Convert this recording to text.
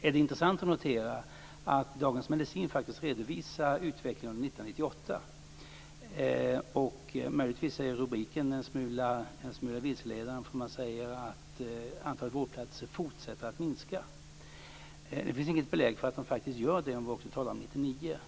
Det är intressant att notera att Dagens Medicin redovisar utvecklingen under 1998. Möjligtvis är rubriken en smula vilseledande, där framgår att antalet vårdplatser fortsätter att minska. Det finns inget belägg för att de faktiskt gör det om vi även räknar in 1999.